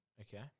Okay